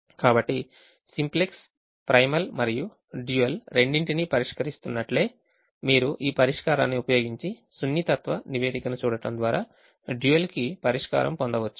కాబట్టి simplex primal మరియు dual రెండింటినీ పరిష్కరిస్తున్నట్లే మీరు ఈ పరిష్కారాన్ని ఉపయోగించి సున్నితత్వ నివేదికను చూడటం ద్వారా dual కి కూడా పరిష్కారం పొందవచ్చు